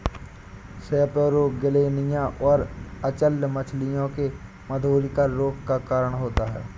सेपरोगेलनिया और अचल्य मछलियों में मधुरिका रोग का कारण होता है